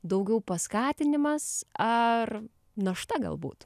daugiau paskatinimas ar našta galbūt